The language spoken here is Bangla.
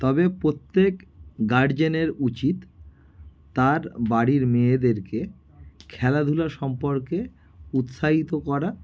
তবে প্রত্যেক গার্জেনের উচিত তার বাড়ির মেয়েদেরকে খেলাধুলা সম্পর্কে উৎসাহিত করা